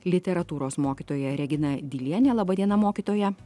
literatūros mokytoja regina diliene laba diena mokytoja